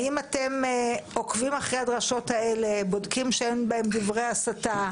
האם אתם עוקבים אחרי הדרשות האלה ובודקים שאין בהן דברי הסתה?